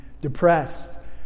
depressed